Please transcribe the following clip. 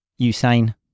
Usain